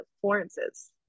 Florence's